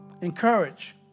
Encourage